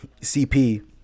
CP